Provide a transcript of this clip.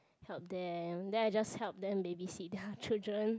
help them then I just help them babysit their children